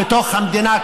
בתוך המדינה,